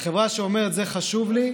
חברה שאומרת: זה חשוב לי,